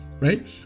right